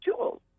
tools